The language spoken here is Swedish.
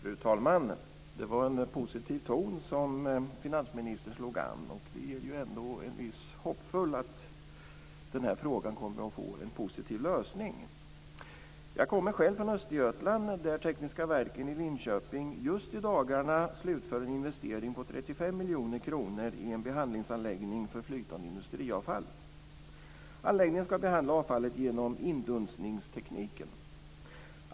Fru talman! Det var en positiv ton som finansministern slog an. Det gör mig hoppfull att frågan kommer att få en positiv lösning. Jag kommer själv från Östergötland där Tekniska Verken i Linköping i dagarna slutför en investering på 35 miljoner kronor i en behandlingsanläggning för flytande industriavfall. Anläggningen ska behandla avfallet med hjälp av indunstningstekniken.